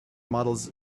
models